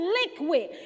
liquid